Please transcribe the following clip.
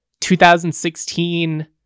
2016